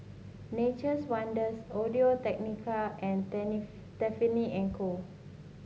Nature's Wonders Audio Technica and Tiffany And Co